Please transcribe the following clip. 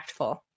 impactful